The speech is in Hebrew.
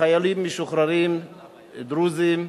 לחיילים משוחררים דרוזים,